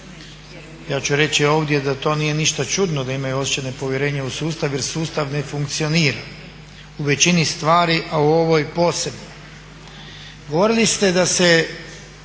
Ja ću reći ovdje da to nije ništa čudno da imaju osjećaj nepovjerenja u sustav jer sustav ne funkcionira u većini stvari, a u ovoj posebno.